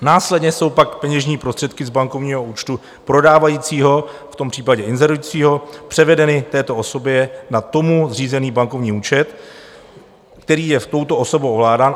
Následně jsou peněžní prostředky z bankovního účtu prodávajícího, v tom případě inzerujícího, převedeny této osobě na k tomu zřízený bankovní účet, který je touto osobou ovládán.